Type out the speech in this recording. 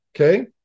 Okay